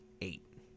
eight